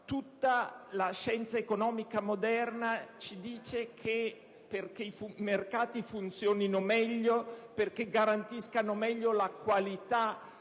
Tutta la scienza economica moderna ci dice che perché i mercati funzionino meglio e garantiscano più adeguatamente